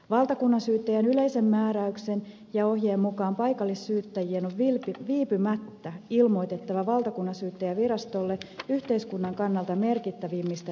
valtakunnansyyttäjän yleisen määräyksen ja ohjeen mukaan paikallissyyttäjien on viipymättä ilmoitettava valtakunnansyyttäjänvirastolle yhteiskunnan kannalta merkittävimmistä rikosasioista